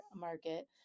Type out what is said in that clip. market